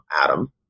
Adam